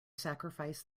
sacrifice